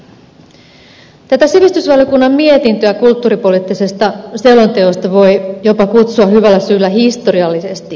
tätä sivistysvaliokunnan mietintöä kulttuuripoliittisesta selonteosta voi jopa kutsua hyvällä syyllä historialliseksi